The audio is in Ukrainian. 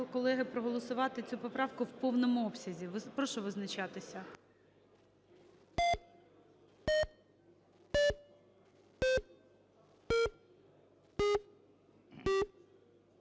колеги, проголосувати цю поправку в повному обсязі. Прошу визначатися.